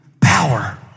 power